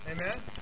Amen